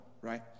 right